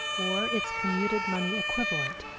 or its commuted money equivalent,